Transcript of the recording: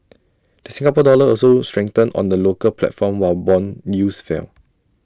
the Singapore dollar also strengthened on the local platform while Bond yields fell